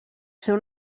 seu